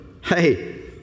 hey